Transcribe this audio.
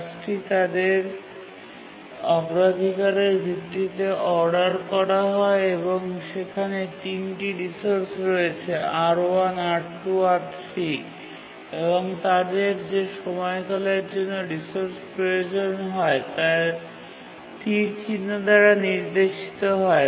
টাস্কটি তাদের অগ্রাধিকারের ভিত্তিতে অর্ডার করা হয় এবং সেখানে ৩ টি রিসোর্স রয়েছে R1 R2 R3 এবং তাদের যে সময়কালের জন্য রিসোর্স প্রয়োজন হয় তা তীর চিহ্ন দ্বারা নির্দেশিত হয়